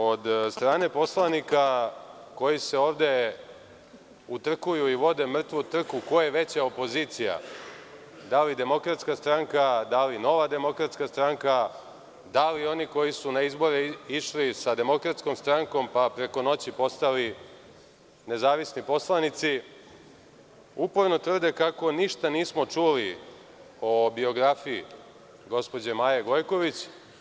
Od strane poslanika koji se ovde utrkuju i vode mrtvu trku ko je veća opozicija, da li DS, da li NDS, da li oni koji su na izbore išli sa Demokratskom strankom pa preko noći postali nezavisni poslanici, uporno tvrde kako ništa nismo čuli o biografiji gospođe Maje Gojković.